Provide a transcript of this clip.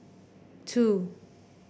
two